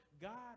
God